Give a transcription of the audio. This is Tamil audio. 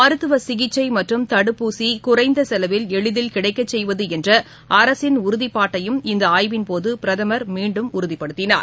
மருத்துவ சிகிச்சை மற்றும் தடுப்பூசி குறைந்த செலவில் எளிதில் கிடைக்க செய்வது என்ற அரசின் உறுதிபாட்டையும் இந்த ஆய்வின் போது பிரதமர் மீண்டும் உறுதிபடுத்தினார்